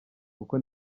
kuko